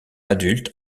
adulte